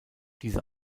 diese